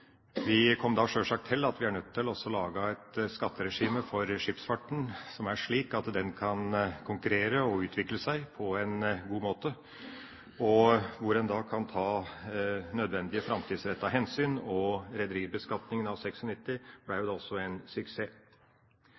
Vi kom da sjølsagt til at vi var nødt til å lage et skatteregime for skipsfarten som var slik at den kunne konkurrere og utvikle seg på en god måte, og hvor en kunne ta nødvendige framtidsretta hensyn. Rederibeskatninga av 1996 ble da også en suksess.